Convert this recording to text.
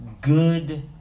good